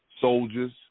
soldiers